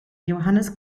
johannes